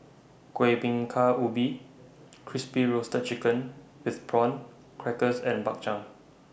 Kueh Bingka Ubi Crispy Roasted Chicken with Prawn Crackers and Bak Chang